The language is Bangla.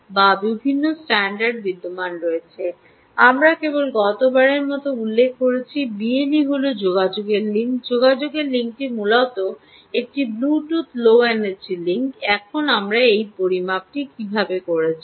BLE বিভিন্ন স্ট্যান্ডার্ড বিদ্যমান রয়েছে আমরা কেবল গতবারের মতো উল্লেখ করেছি বিএলই হল যোগাযোগের লিঙ্ক যোগাযোগ লিঙ্কটি মূলত একটি ব্লুটুথ লো এনার্জি লিঙ্ক এখন আমি এই পরিমাপটি কীভাবে করেছি